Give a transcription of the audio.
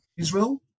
Israel